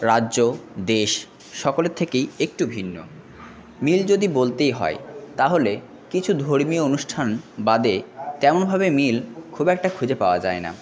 রাজ্য দেশ সকলের থেকেই একটু ভিন্ন মিল যদি বলতেই হয় তাহলে কিছু ধর্মীয় অনুষ্ঠান বাদে তেমনভাবে মিল খুব একটা খুঁজে পাওয়া যায় না